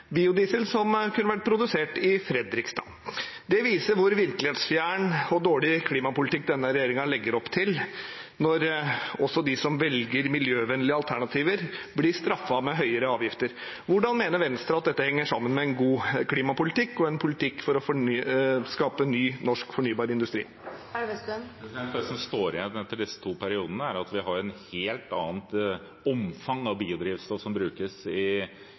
Det viser hvilken virkelighetsfjern og dårlig klimapolitikk denne regjeringen legger opp til, når også de som velger miljøvennlige alternativer, blir straffet med høyere avgifter. Hvordan mener Venstre at dette henger sammen med en god klimapolitikk og en politikk for å skape ny norsk fornybar industri? Det som står igjen etter disse to periodene, er at vi har et helt annet omfang av biodrivstoff som brukes i